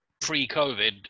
pre-COVID